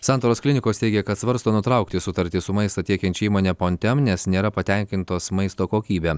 santaros klinikos teigia kad svarsto nutraukti sutartį su maistą tiekiančia įmone pontem nes nėra patenkintos maisto kokybe